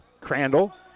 Crandall